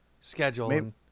schedule